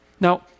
Now